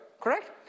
correct